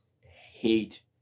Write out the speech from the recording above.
hate